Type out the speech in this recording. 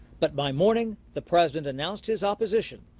but by morning, the president announced his opposition,